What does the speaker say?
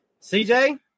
cj